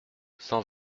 cent